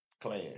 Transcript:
class